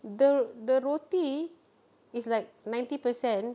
the the roti is like ninety percent